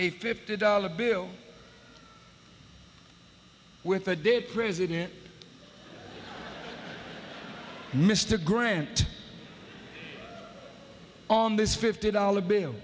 a fifty dollar bill with a de president mr grant on this fifty dollar bill